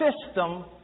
system